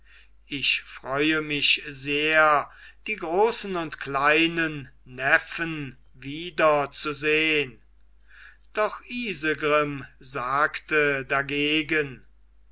ich freue mich sehr die großen und kleinen neffen wiederzusehn doch isegrim sagte dagegen